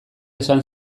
esan